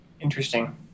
Interesting